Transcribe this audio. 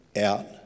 out